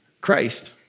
Christ